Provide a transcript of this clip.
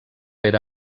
era